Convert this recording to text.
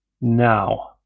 Now